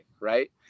right